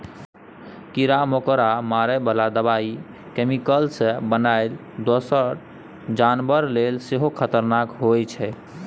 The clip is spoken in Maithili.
कीरा मकोरा मारय बला दबाइ कैमिकल सँ बनल दोसर जानबर लेल सेहो खतरनाक होइ छै